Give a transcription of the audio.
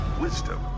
wisdom